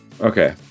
Okay